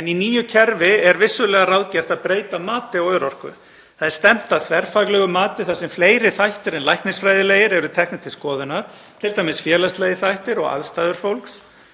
en í nýju kerfi er vissulega ráðgert að breyta mati á örorku. Það er stefnt að þverfaglegu mati þar sem fleiri þættir en læknisfræðilegir eru teknir til skoðunar, t.d. félagslegir þættir og aðstæður fólks,